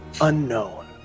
unknown